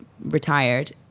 retired